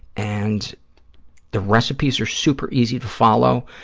and the recipes are super easy to follow.